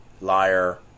liar